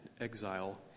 exile